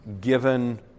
given